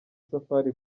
safari